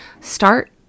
Start